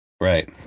right